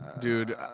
Dude